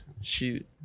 shoot